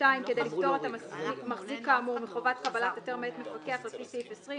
כדי לפטור את המחזיק כאמור מחובת קבלת היתר מאת המפקח לפי סעיף 20,